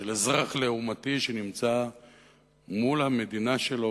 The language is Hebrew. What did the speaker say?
של אזרח לעומתי שנמצא מול המדינה שלו